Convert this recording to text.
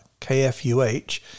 KFUH